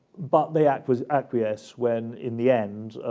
but they act with acquiescence when in the end,